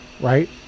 Right